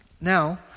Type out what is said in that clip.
now